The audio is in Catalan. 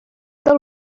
del